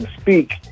speak